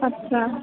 अच्छा